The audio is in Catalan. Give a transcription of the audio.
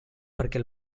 perquè